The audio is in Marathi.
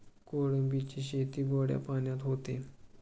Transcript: कोळंबीची शेती गोड्या पाण्यात होते